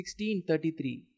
1633